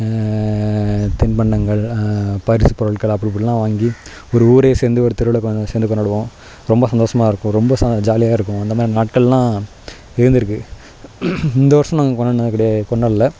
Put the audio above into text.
தின்பண்டங்கள் பரிசு பொருட்கள் அப்படி இப்படில்லாம் வாங்கி ஒரு ஊரே சேர்ந்து ஒரு தெருவில் சேர்ந்து கொண்டாடுவோம் ரொம்ப சந்தோசமாக இருக்கும் ரொம்ப ச ஜாலியாக இருக்கும் இந்த மாதிரி நாட்கள்லாம் இருந்திருக்கு இந்த வர்ஷம் நாங்கள் கொண்டாடுனது கெடை கொண்டாடல